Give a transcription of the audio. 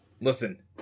Listen